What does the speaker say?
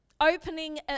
opening